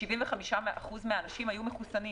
75% מהאנשים היו מחוסנים.